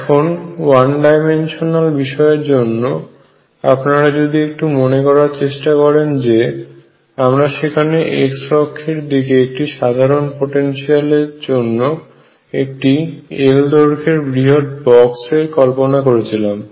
এখন one dimensional বিষয়ের জন্য আপনারা যদি একটু মনে করার চেষ্টা করেন যে আমরা সেখানে x অক্ষের দিকে একটি সাধারণ পোটেনশিয়াল এর জন্য একটি l দৈর্ঘ্যরে বৃহৎ বক্স এর কল্পনা করেছিলাম